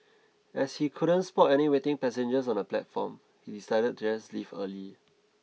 as he couldn't spot any waiting passengers on the platform he decided to just leave early